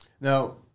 Now